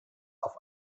auf